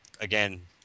again